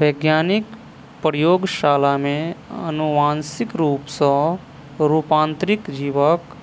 वैज्ञानिक प्रयोगशाला में अनुवांशिक रूप सॅ रूपांतरित जीवक